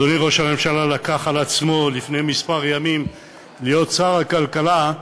אדוני ראש הממשלה לקח על עצמו לפני כמה ימים להיות שר הכלכלה,